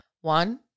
One